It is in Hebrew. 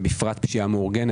ובפרט פשיעה מאורגנת.